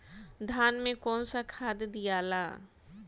धान मे कौन सा खाद दियाला?